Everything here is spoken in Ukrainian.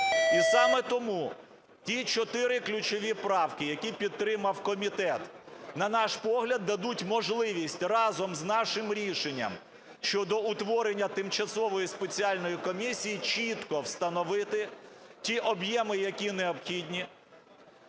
І саме тому ті чотири ключові правки, які підтримав комітет, на наш погляд, дадуть можливість, разом з нашим рішенням щодо утворення тимчасової спеціальної комісії, чітко встановити ті об'єми, які необхідні.